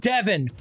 Devin